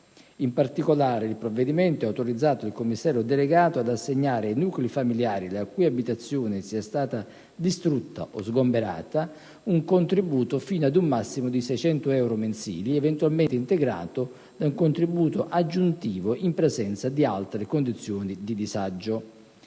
In particolare, il provvedimento ha autorizzato il Commissario delegato ad assegnare ai nuclei familiari la cui abitazione sia stata distrutta o sgomberata un contributo fino ad un massimo di 600 euro mensili, eventualmente integrato da un contributo aggiuntivo, in presenza di altre condizioni di disagio.